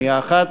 שנייה אחת.